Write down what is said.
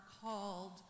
called